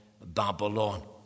Babylon